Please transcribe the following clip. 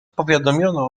powiadomiono